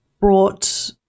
brought